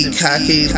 cocky